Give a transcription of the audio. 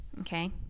Okay